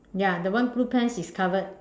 ya the one blue pants is covered